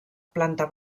planta